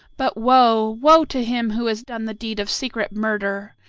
but woe! woe! to him who has done the deed of secret murder.